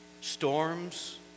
Storms